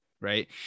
Right